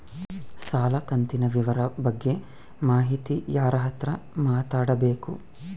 ಸಾಲ ಕಂತಿನ ವಿವರ ಬಗ್ಗೆ ಮಾಹಿತಿಗೆ ಯಾರ ಹತ್ರ ಮಾತಾಡಬೇಕು?